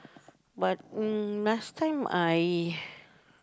but mm last time I